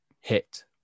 hit